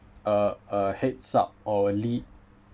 uh uh heads up or lead